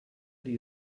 die